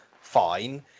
fine